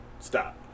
Stop